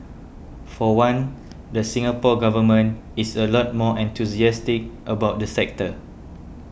for one the Singapore Government is a lot more enthusiastic about the sector